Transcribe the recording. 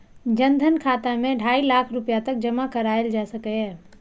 जन धन खाता मे ढाइ लाख रुपैया तक जमा कराएल जा सकैए